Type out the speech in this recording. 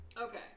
okay